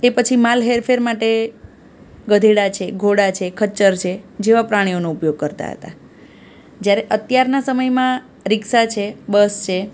એ પછી માલ હેરફેર માટે ગધેડા છે ઘોડા છે ખચ્ચર છે જેવા પ્રાણીઓનો ઉપયોગ કરતા હતા જ્યારે અત્યારના સમયમાં રિક્ષા છે બસ છે